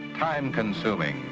time consuming,